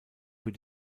für